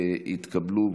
נתקבלו.